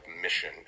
mission